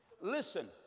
Listen